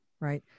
right